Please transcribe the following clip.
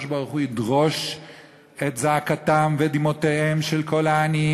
הקדוש-ברוך-הוא ידרוש את זעקתם ואת דמעותיהם של כל העניים